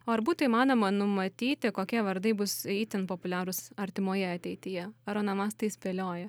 o ar būtų įmanoma numatyti kokie vardai bus itin populiarūs artimoje ateityje ar onomastai spėlioja